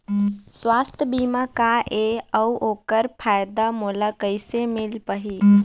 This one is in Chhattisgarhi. सुवास्थ बीमा का ए अउ ओकर फायदा मोला कैसे मिल पाही?